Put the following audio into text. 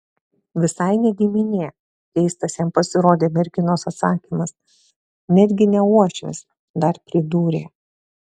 visai ne giminė keistas jam pasirodė merginos atsakymas netgi ne uošvis dar pridūrė